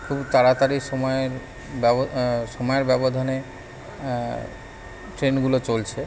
খুব তাড়াতাড়ি সময়ের ব্যব সময়ের ব্যবধানে ট্রেনগুলো চলছে